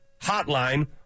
hotline